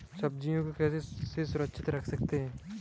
सब्जियों को कैसे सुरक्षित रख सकते हैं?